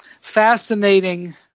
fascinating